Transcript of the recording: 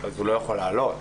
הוא לא יכול לעלות.